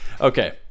okay